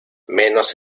menos